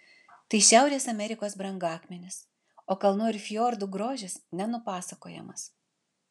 tai šiaurės amerikos brangakmenis o kalnų ir fjordų grožis nenupasakojamas